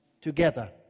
together